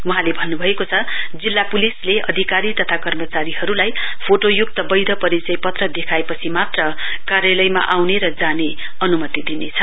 वहाँले भन्नुभएको छ जिल्ला पुलिसले अधिकारी तथा कर्मचारीहरूलाई फोटोयुक्त वैध परिचय पत्र देखाएपछि मात्र कार्यालयमा आउने र जाने अनुमति दिनेछ